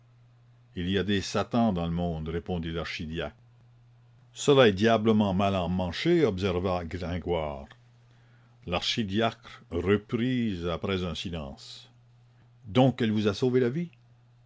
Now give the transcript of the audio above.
il y a des satans dans le monde répondit l'archidiacre cela est diablement mal emmanché observa gringoire l'archidiacre reprit après un silence donc elle vous a sauvé la vie